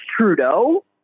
Trudeau